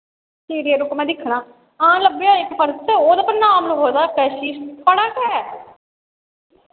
रुको मैं दिक्खना हां लब्भेआ इक पर्स ओह्दे पर नाम लखोए दा थुआढ़ा गै